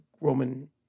Roman